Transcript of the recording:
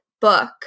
book